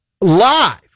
Live